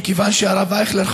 מכיוון שהרב אייכלר,